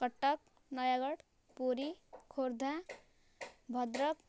Cuttack Nayagarh Puri Khordha Bhadrak